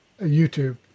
YouTube